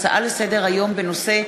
בהצעה לסדר-היום של חבר הכנסת נסים זאב בנושא: